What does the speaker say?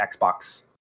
Xbox